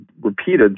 repeated